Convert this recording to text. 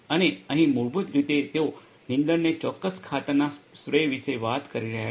અને અહીં મૂળભૂત રીતે તેઓ નીંદણને ચોક્કસ ખાતરના સ્પ્રે વિશે વાત કરી રહ્યા છે